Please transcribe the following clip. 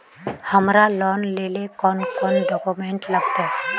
हमरा लोन लेले कौन कौन डॉक्यूमेंट लगते?